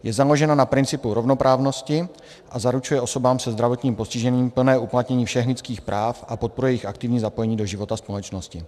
Je založena na principu rovnoprávnosti a zaručuje osobám se zdravotním postižením plné uplatnění všech lidských práv a podporuje jejich aktivní zapojení do života společnosti.